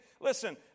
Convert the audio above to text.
listen